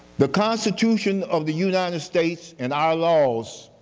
the constitution of the united states and our laws